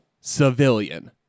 Civilian